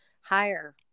higher